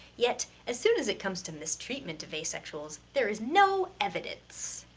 yet, as soon as it comes to mistreatment of asexuals, there is no evidence.